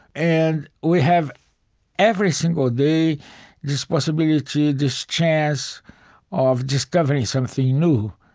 and we have every single day this possibility, this chance of discovering something new.